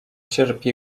cierpi